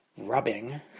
rubbing